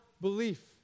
belief